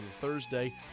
Thursday